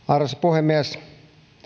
arvoisa puhemies